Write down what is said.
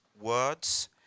words